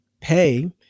pay